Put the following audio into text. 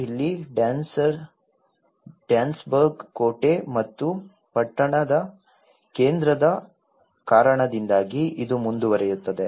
ಇಲ್ಲಿ ಡ್ಯಾನ್ಸ್ಬರ್ಗ್ ಕೋಟೆ ಮತ್ತು ಪಟ್ಟಣ ಕೇಂದ್ರದ ಕಾರಣದಿಂದಾಗಿ ಇದು ಮುಂದುವರಿಯುತ್ತದೆ